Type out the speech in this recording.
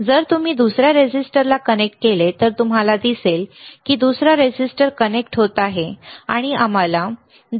जर तुम्ही दुसऱ्या रेझिस्टरला कनेक्ट केले तर तुम्हाला दिसेल की दुसरा रेझिस्टर कनेक्ट होत आहे आणि आम्हाला 2